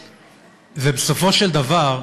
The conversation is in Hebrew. בסופו של דבר,